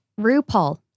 RuPaul